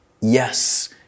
Yes